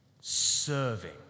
serving